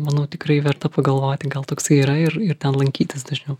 manau tikrai verta pagalvoti gal toksai yra ir ir ten lankytis dažniau